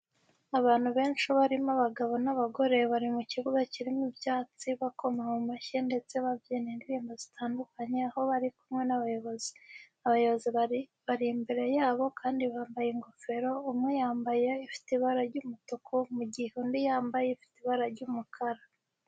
Abantu benshi barimo abagabo n'abagore bari mu kibuga kirimo ibyatsi, bakoma mu mashyi ndetse babyina indirimbo zitandukanye aho bari kumwe n'abayobozi. Abayobozi bari imbere yabo kandi bambaye ingofero, umwe yambaye ifite ibara ry'umutuku mu gihe undi yambaye ifite ibara ry'umukara.